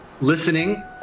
listening